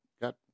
got